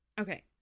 Okay